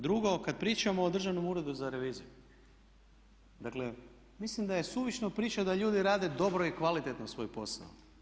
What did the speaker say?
Drugo, kad pričamo o Državnom uredu za reviziju dakle mislim da je suvišno pričati da ljudi rade dobro i kvalitetno svoj posao.